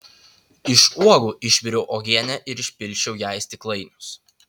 iš uogų išviriau uogienę ir išpilsčiau ją į stiklainius